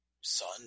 son